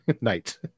night